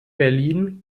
berlin